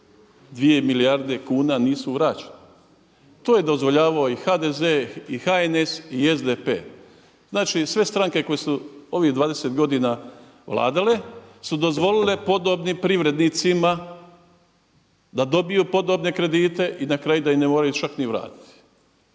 2 milijarde kuna nisu vraćene. To je dozvoljavao i HDZ i HNS i SDP. Znači, sve stranke koje su ovih 20 godina vladale su dozvolile podobnim privrednicima da dobiju podobne kredite i na kraju da ih ne moraju čak ni vratiti.